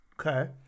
Okay